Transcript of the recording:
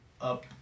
up